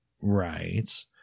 right